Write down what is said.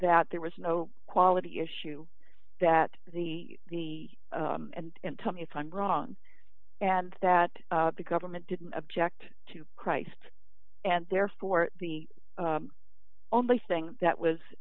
that there was no quality issue that the the and tell me if i'm wrong and that the government didn't object to christ and therefore the only thing that was